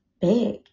big